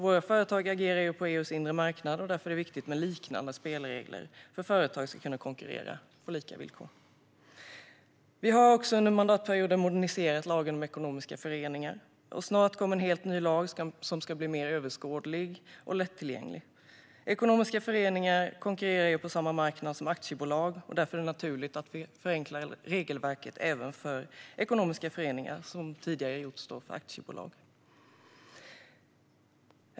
Våra företag agerar på EU:s inre marknad. Därför är det viktigt med liknande spelregler för att företag ska kunna konkurrera på lika villkor. Vi har under mandatperioden moderniserat lagen om ekonomiska föreningar, och snart kommer en helt ny lag som ska bli mer överskådlig och lättillgänglig. Ekonomiska föreningar konkurrerar på samma marknad som aktiebolag. Därför är det naturligt att vi förenklar regelverket även för ekonomiska föreningar - det har tidigare gjorts för aktiebolag.